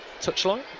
touchline